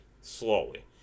slowly